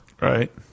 Right